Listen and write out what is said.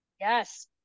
Yes